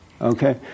Okay